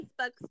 Facebook